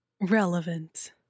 relevant